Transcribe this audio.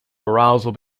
arousal